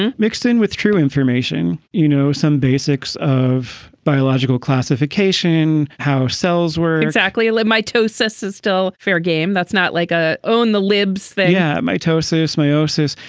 and mixed in with true information you know, some basics of biological classification, how cells were exactly like mitosis is still fair game that's not like a own the libs, they yeah mitosis meiosis.